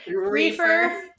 Reefer